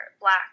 Black